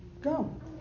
go